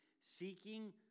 Seeking